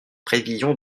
prévision